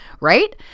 right